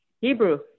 Hebrew